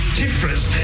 difference